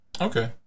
Okay